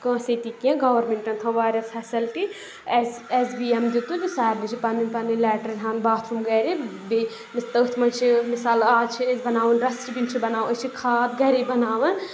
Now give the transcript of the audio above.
کٲنٛسے تہِ کینٛہہ گورمنٹَن تھٲو واریاہ facility S S B M دِتُن سارنٕے چھِ پَنٕنۍ پَنٕنۍ لیٹرن باتھروٗم گَرِ بیٚیہِ تٔتھۍ منٛز چھِ مِثال آز چھِ أسۍ بَناوان ڈسٹہٕ بِن چھِ بَناوان أسۍ چھِ کھاد گَرے بَناوان